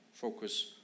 Focus